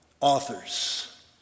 authors